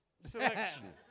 selection